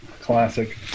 classic